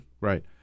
Right